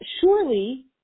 surely